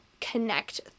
connect